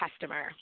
customer